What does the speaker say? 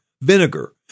vinegar